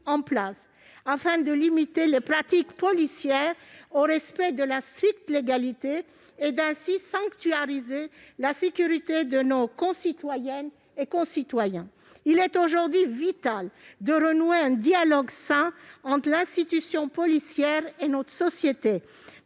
en place. Il s'agit de limiter les pratiques policières au respect de la stricte légalité et, ainsi, de sanctuariser la sécurité de nos concitoyens. Il est vital, aujourd'hui, de renouer un dialogue sain entre l'institution policière et notre société.